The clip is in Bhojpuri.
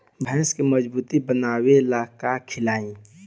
भैंस के मजबूत बनावे ला का खिलाई?